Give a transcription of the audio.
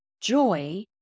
joy